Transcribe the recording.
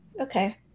okay